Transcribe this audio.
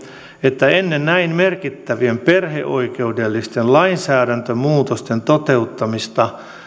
että ennen näin merkittävien perheoikeudellisten lainsäädäntömuutosten toteuttamista